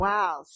Wow